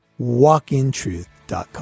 walkintruth.com